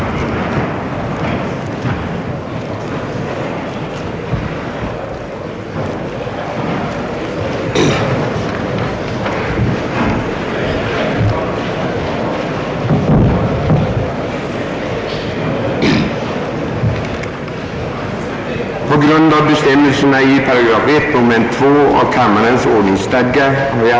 Protokoll över granskningen och förteckning över de granskade fullmakterna skall tillsammans med fullmakterna överlämnas till första kammaren.